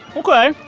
ok.